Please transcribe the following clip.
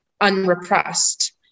unrepressed